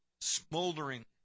smoldering